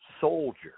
soldier